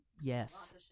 yes